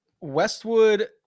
Westwood